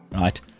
Right